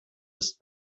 ist